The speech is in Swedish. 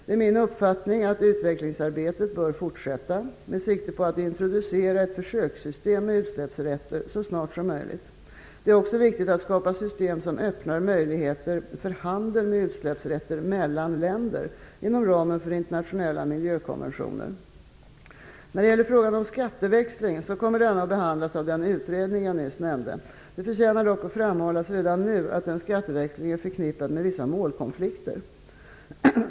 Det är min uppfattning att utvecklingsarbetet bör fortsätta med sikte på att introducera ett försökssystem med utsläppsrätter så snart som möjligt. Det är också viktigt att skapa system som öppnar möjligheter för handel med utsläppsrätter mellan länder, inom ramen för internationella miljökonventioner. När det gäller frågan om skatteväxling så kommer denna att behandlas av den utredning som jag nyss nämnde. Det förtjänar dock att framhållas redan nu att en skatteväxling är förknippad med vissa målkonflikter.